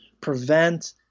prevent